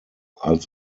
als